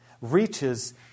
reaches